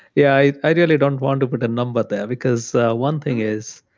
yeah. i really don't want to put a number there because one thing is